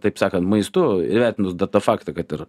taip sakant maistu įvertinus dar tą faktą kad ir